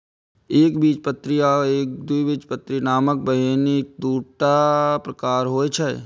एकबीजपत्री आ द्विबीजपत्री नामक बीहनि के दूटा प्रकार होइ छै